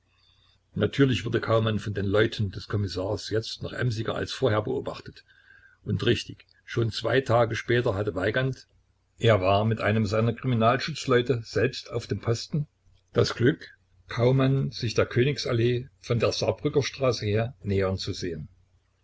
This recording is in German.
natürlich wurde kaumann von den leuten des kommissars jetzt noch emsiger als vorher beobachtet und richtig schon zwei tage später hatte weigand er war mit einem seiner kriminalschutzleute selbst auf dem posten das glück kaumann sich der königs allee von der saarbrücker straße her nähern zu sehen